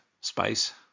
space